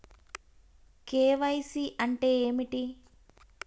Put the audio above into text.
KYC అంటే ఏమిటి?